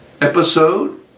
episode